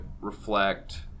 reflect